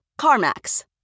CarMax